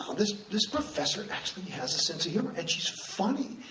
um this this professor actually has a sense of humor and she's funny,